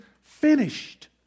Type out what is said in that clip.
finished